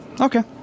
Okay